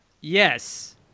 Yes